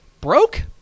broke